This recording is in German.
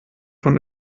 von